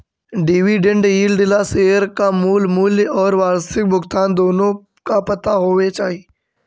dividend yield ला share का मूल मूल्य और वार्षिक भुगतान दोनों का पता होवे चाही